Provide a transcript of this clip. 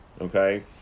Okay